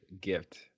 gift